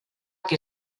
que